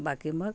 बाकी मग